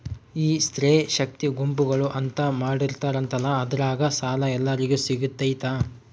ಈ ಸ್ತ್ರೇ ಶಕ್ತಿ ಗುಂಪುಗಳು ಅಂತ ಮಾಡಿರ್ತಾರಂತಲ ಅದ್ರಾಗ ಸಾಲ ಎಲ್ಲರಿಗೂ ಸಿಗತೈತಾ?